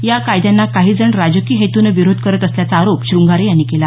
या कायद्यांना काहीजण राजकीय हेतूने विरोध करत असल्याचा आरोप श्रंगारे यांनी केला